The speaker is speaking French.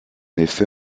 effet